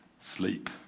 sleep